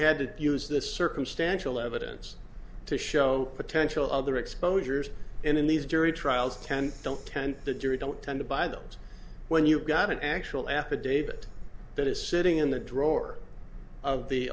had to use this circumstantial evidence to show potential other exposures in these jury trials ten don't tend the jury don't tend to buy that when you've got an actual affidavit that is sitting in the drawer of the